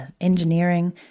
engineering